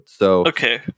Okay